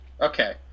Okay